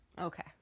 Okay